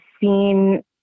seen